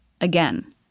again